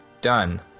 Done